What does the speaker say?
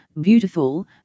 beautiful